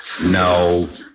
No